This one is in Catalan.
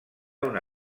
una